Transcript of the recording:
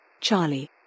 Charlie